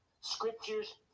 Scriptures